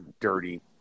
dirty